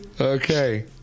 Okay